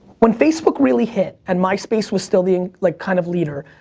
when facebook really hit and myspace was still leading, like kind of leader,